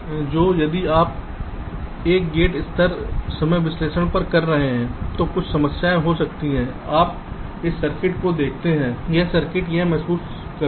तो यदि आप एक गेट स्तर समय विश्लेषण कर रहे हैं तो कुछ समस्याएं हो सकती हैं आप इस सर्किट को देखते हैं यह सर्किट क्या महसूस करता है